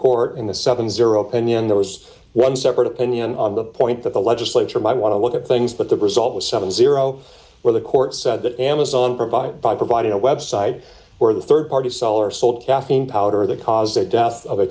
court in the seventy and in there was one separate opinion on the point that the legislature might want to look at things but the result was seventy where the court said that amazon provided by providing a website where the rd party seller sold caffeine powder that caused the death of a